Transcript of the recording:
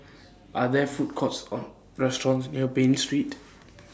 Are There Food Courts Or restaurants near Bain Street